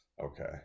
Okay